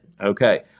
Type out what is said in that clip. Okay